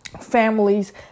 families